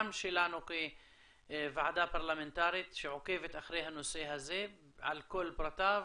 שלנו כוועדה פרלמנטרית שעוקבת אחרי הנושא הזה על כל פרטיו,